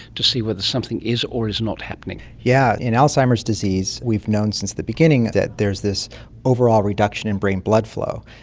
to see whether something is or is not happening? yes, yeah in alzheimer's disease we've known since the beginning that there is this overall reduction in brain blood flow.